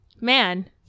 man